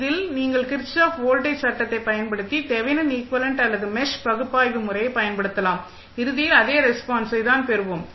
இதில் நீங்கள் Kirchhoff voltage சட்டத்தைப் பயன்படுத்தி தெவெனின் ஈக்வலென்ட் அல்லது மெஷ் பகுப்பாய்வு முறையை பயன்படுத்தலாம் இறுதியில் அதே ரெஸ்பான்ஸை தான் பெறுவோம்